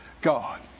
God